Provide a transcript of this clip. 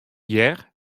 hear